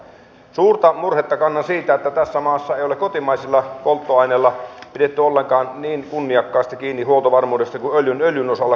suurta murhetta kannan siitä että tässä maassa ei ole kotimaisilla polttoaineilla pidetty ollenkaan niin kunniakkaasti kiinni huoltovarmuudesta kuin öljyn osalta on pidetty